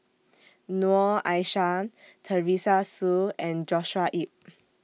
Noor Aishah Teresa Hsu and Joshua Ip